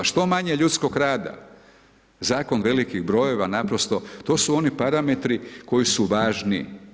Što manje ljudskog rada, zakon velikih brojeva, naprosto, to su oni parametri koji su važni.